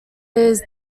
his